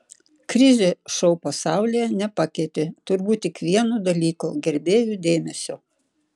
krizė šou pasaulyje nepakeitė turbūt tik vieno dalyko gerbėjų dėmesio